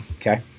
Okay